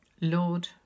Lord